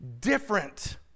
different